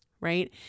right